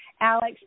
alex